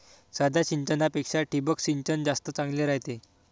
साध्या सिंचनापेक्षा ठिबक सिंचन जास्त चांगले रायते